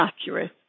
accurate